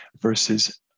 versus